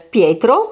Pietro